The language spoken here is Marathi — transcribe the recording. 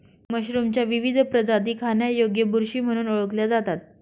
मशरूमच्या विविध प्रजाती खाण्यायोग्य बुरशी म्हणून ओळखल्या जातात